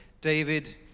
David